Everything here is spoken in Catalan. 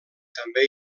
també